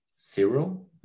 zero